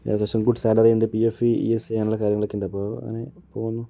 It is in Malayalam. ഏകദേശം ഗുഡ് സാലറി ഉണ്ട് പിഎഫ്ഇ ഇഎസ്സ്ഐ അങ്ങനുള്ള കാര്യങ്ങളക്കെ ഉണ്ട് അപ്പോൾ അങ്ങനെ പോകുന്നു